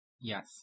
Yes